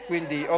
Quindi